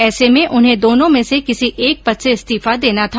ऐसे में उन्हें दोनों में से किसी एक पद से इस्तीफा देना था